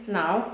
now